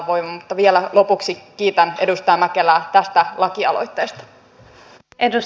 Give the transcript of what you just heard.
mutta vielä lopuksi kiitän edustaja mäkelää tästä lakialoitteesta